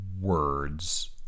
words